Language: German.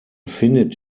findet